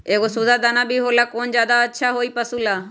एगो सुधा दाना भी होला कौन ज्यादा अच्छा होई पशु ला?